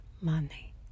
money